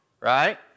right